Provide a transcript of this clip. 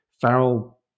Farrell